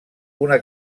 una